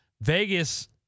Vegas